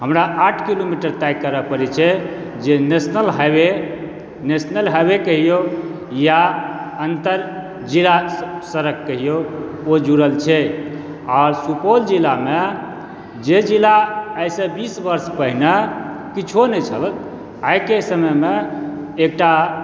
हमरा आठ किलोमीटर तय करय पड़ैत छै जे नेशनल हाईवे नेशनल हाईवे कहिऔ वा अंतर जिला सड़क कहिऔ ओ जुड़ल छै आ सुपौल जिलामे जे जिला आइसँ बीस वर्ष पहिने किछो नहि छल आइके समयमे एकटा